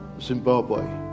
Zimbabwe